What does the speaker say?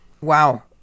Wow